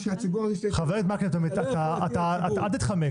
--- חבר הכנסת מקלב, אל תתחמק.